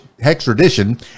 extradition